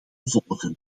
volgen